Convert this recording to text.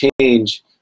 change